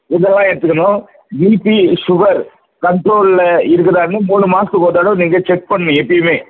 இதெல்லாம் எடுத்துக்கணும் BP sugar கண்ட்ரோலில் இருக்குதான்னு மூணு மாதத்துக்கு ஒரு தடவை நீங்கள் செக் பண்ணணும் எப்போயுமே